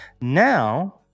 Now